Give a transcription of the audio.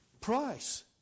price